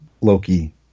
Loki